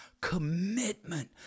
commitment